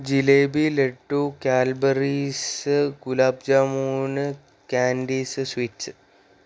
jalebi laddu Cadbury's gulab jamun candies sweets